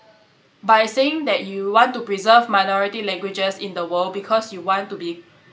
by saying that you want to preserve minority languages in the world because you want to be